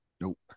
Nope